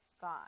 God